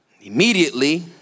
Immediately